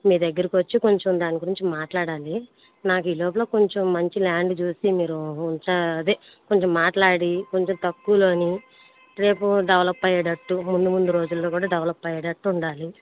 మీ దగ్గరికి వచ్చి కొంచెం దాని గురించి మాట్లాడాలి నాకు ఈ లోపల కొంచెం మంచి ల్యాండ్ చూసి మీరు అదే కొంచెం మాట్లాడి కొంచెం తక్కువలో రేపు డెవలప్ అయ్యేటట్టు ముందు ముందు రోజుల్లో కూడా డెవలప్ అయ్యేటట్టు ఉండాలి